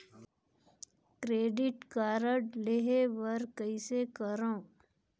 Credit card लेहे बर कइसे करव?